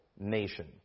nation